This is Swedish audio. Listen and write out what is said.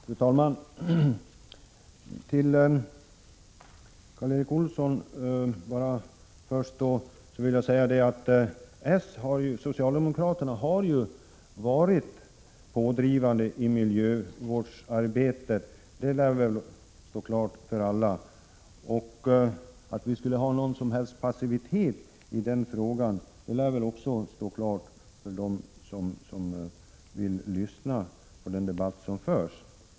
Fru talman! Till Karl Erik Olsson vill jag först säga att socialdemokraterna har varit pådrivande i miljövårdsarbetet — det lär väl stå klart för alla. Och att vi inte visar någon som helst passivitet i det avseendet lär väl också stå klart för dem som vill lyssna på den debatt som förs.